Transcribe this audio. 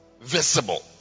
visible